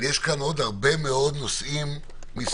אבל יש פה עוד הרבה נושאים מסביב,